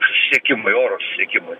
susisiekimui oro susisiekimui